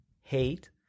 hate